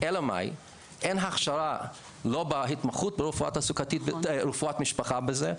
אלא מאי, אין הכשרה לא בהתמחות ברפואת משפחה בזה.